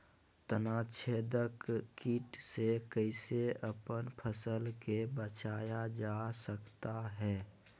तनाछेदक किट से कैसे अपन फसल के बचाया जा सकता हैं?